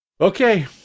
Okay